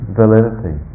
validity